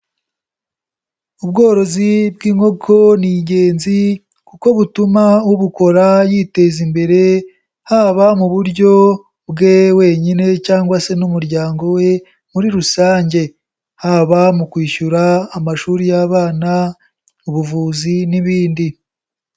Ubworozi bw'inkoko ni ingenzi kuko butuma ubukora yiteza imbere haba mu buryo bwe wenyine cyangwa se n'umuryango we muri rusange, haba mu kwishyura amashuri y'abana, ubuvuzi n'ibindi.